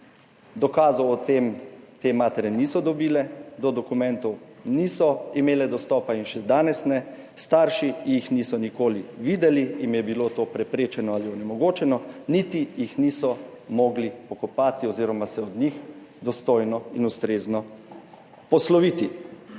dokazov o tem te matere niso dobile, do dokumentov niso imele dostopa in še danes ne, starši jih niso nikoli videli, jim je bilo to preprečeno ali onemogočeno, niti jih niso mogli pokopati oziroma se od njih dostojno in ustrezno posloviti.